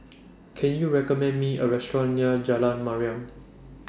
Can YOU recommend Me A Restaurant near Jalan Mariam